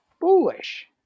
foolish